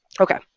Okay